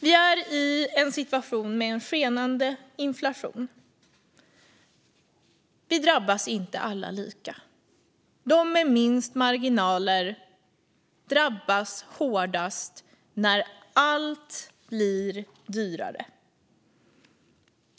Vi är i en situation med skenande inflation. Men vi drabbas inte alla lika. De med minst marginaler drabbas hårdast när allt blir dyrare.